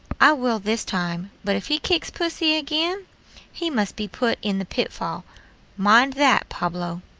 i will this time but if he kicks pussy again he must be put in the pitfall mind that, pablo.